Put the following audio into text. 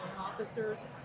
officers